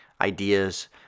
ideas